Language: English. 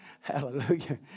Hallelujah